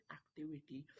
activity